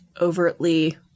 overtly